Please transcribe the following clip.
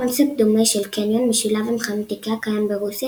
קונספט דומה של קניון משולב עם חנות איקאה קיים ברוסיה